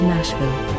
Nashville